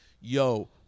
yo